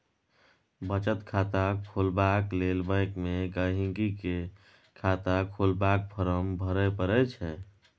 बचत खाता खोलबाक लेल बैंक मे गांहिकी केँ खाता खोलबाक फार्म भरय परय छै